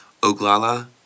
Oglala